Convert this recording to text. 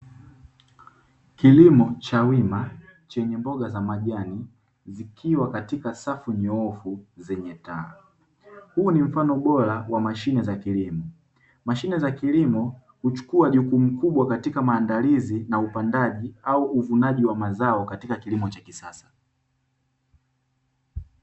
Kilimo cha wima chenye mboga za majani, zikiwa katika safu nyoofu zenye taa. Huu ni mfano bora wa mashine za kilimo. Mashine za kilimo huchukua jukumu kubwa katika mandalizi na upandaji au uvunaji wa mazao katika kilimo cha kisasa.